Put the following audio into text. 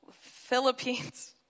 Philippines